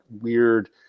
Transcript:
weird